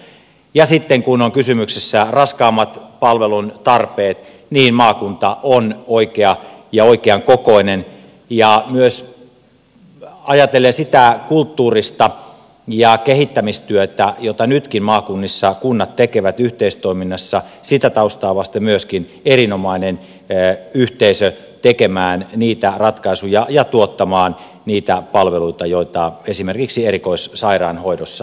ja sitten kun on kysymyksessä raskaammat palvelun tarpeet maakunta on oikea ja oikean kokoinen ja myös ajatellen sitä kulttuurista ja kehittämistyötä jota nytkin maakunnissa kunnat tekevät yhteistoiminnassa myöskin sitä taustaa vasten erinomainen yhteisö tekemään niitä ratkaisuja ja tuottamaan niitä palveluita joita esimerkiksi erikoissairaanhoidossa tarvitaan